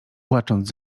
płacząc